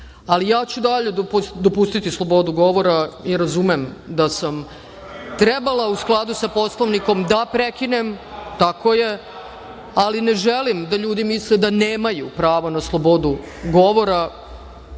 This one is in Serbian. uradi. Ja ću i dalje dopustiti slobodu govora. Razumem da sam trebala, u skladu sa Poslovnikom, da prekinem, ali ne želim da ljudi misle da nemaju pravo na slobodu govora. Niko